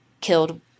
Killed